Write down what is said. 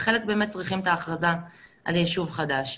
וחלק באמת צריכים את ההכרזה על יישוב חדש.